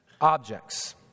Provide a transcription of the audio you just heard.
objects